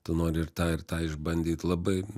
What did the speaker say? tu nori ir tą ir tą išbandyt labai